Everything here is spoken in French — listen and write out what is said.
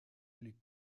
les